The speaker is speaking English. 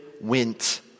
went